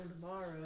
tomorrow